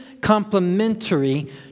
complementary